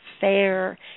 fair